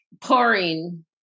pouring